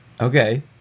Okay